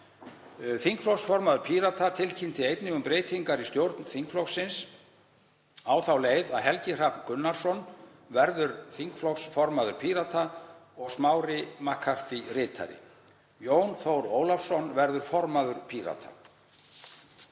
Þingflokksformaður Pírata tilkynnti einnig um breytingar í stjórn þingflokksins á þá leið að Helgi Hrafn Gunnarsson verður þingflokksformaður Pírata og Smári McCarthy ritari. Jón Þór Ólafsson verður formaður Pírata.